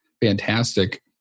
Fantastic